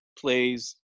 plays